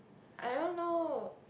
I don't know